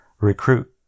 recruit